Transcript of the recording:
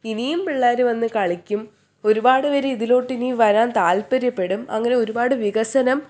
ഇനിയും പിള്ളാര് വന്ന് കളിക്കും ഒരുപാട് പേര് ഇതിലോട്ടിനി വരാൻ താൽപ്പര്യപ്പെടും അങ്ങനെ ഒരുപാട് വികസനം